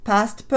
Past